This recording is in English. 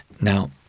Now